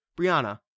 brianna